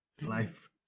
life